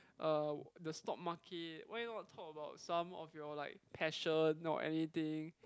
uh the stock market why not talk about some of your like passion or anything